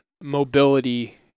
mobility